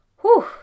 Whew